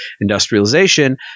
Industrialization